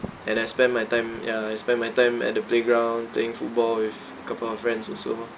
and I spent my time ya I spent my time at the playground playing football with a couple of friends also